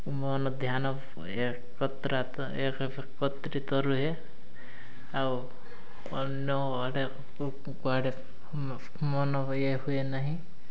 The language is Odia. ମନ ଧ୍ୟାନ ଏକତ୍ରିତ ରୁହେ ଆଉ ଅନ୍ୟ ଆଡ଼େ କୁଆଡ଼େ ମନ ଇଏ ହୁଏ ନାହିଁ